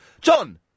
John